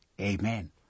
Amen